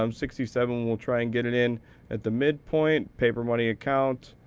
um sixty seven, we'll try and get it in at the midpoint. paper money account,